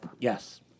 Yes